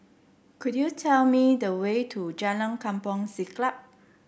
could you tell me the way to Jalan Kampong Siglap